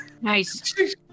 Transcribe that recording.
Nice